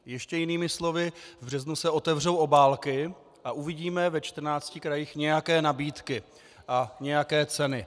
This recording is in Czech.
Ještě jinými slovy, v březnu se otevřou obálky a uvidíme ve 14 krajích nějaké nabídky a nějaké ceny.